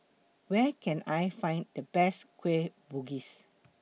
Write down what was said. Where Can I Find The Best Kueh Bugis